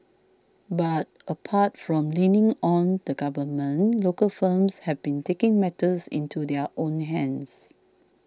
but apart from leaning on the government local firms have been taking matters into their own hands